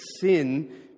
sin